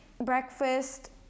breakfast